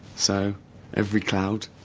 so every cloud